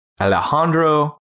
Alejandro